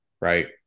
right